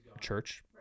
church